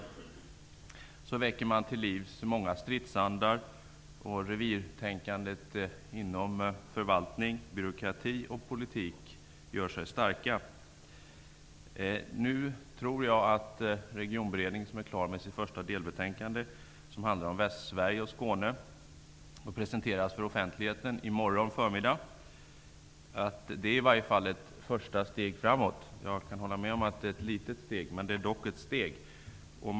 Jag har förstått att man härigenom har väckt många stridsandar till liv, och revirtänkandet inom förvaltning, byråkrati och politik växer sig starkt. Regionberedningen är nu klar med sitt första delbetänkande som handlar om Västsverige och Skåne, vilket skall presenteras för offentligheten i morgon förmiddag. Detta är i alla fall ett första steg framåt. Jag kan hålla med om att det är ett litet steg, men det är dock ett steg.